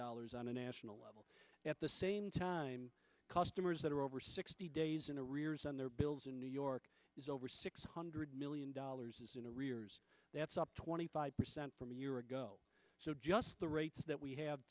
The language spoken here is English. dollars on a national level at the same time customers that are over sixty days in arrears on their bills in new york is over six hundred million dollars in arrears that's up twenty five percent from a year ago so just the rates that we have